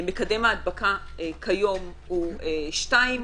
מקדם ההדבקה כיום הוא 2,